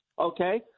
okay